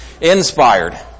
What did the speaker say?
Inspired